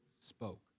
spoke